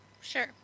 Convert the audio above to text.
Sure